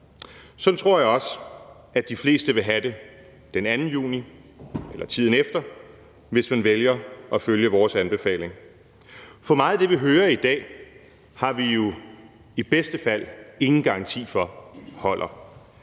sådan tror jeg også at de fleste vil have det den 2. juni eller tiden derefter, hvis man vælger at følge vores anbefaling. For meget af det, vi hører i dag, har vi jo i bedste fald ingen garanti for holder.